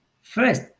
first